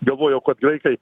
galvojau kad graikai